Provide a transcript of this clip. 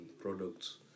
products